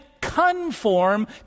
conform